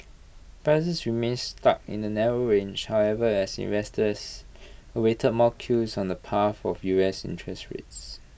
prices remained stuck in A narrow range however as investors awaited more clues on the path of U S interest rates